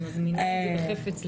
אני מזמינה את זה בחפץ לב.